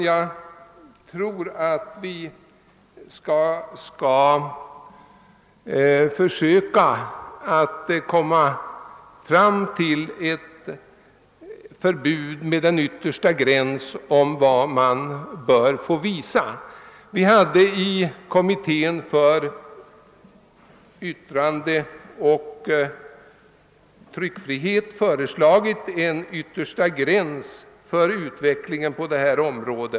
Jag tror att vi bör försöka få fram ett förbud som stadgar en yttersta gräns för vad man får visa.